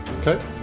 Okay